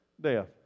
Death